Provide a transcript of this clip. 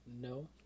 no